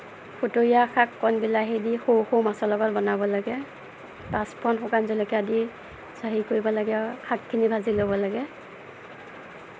খুটৰীয়া শাক কণ বিলাহী দি সৰু সৰু মাছৰ লগত বনাব লাগে পাঁচফুৰণ শুকান জলকীয়া দি হেৰি কৰিব লাগে আৰু শাকখিনি ভাজি ল'ব লাগে